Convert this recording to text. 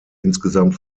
insgesamt